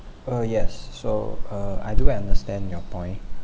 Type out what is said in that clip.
uh yes so uh I do understand your point